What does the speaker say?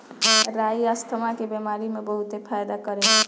राई asthma के बेमारी में बहुते फायदा करेला